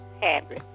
Happy